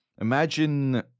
imagine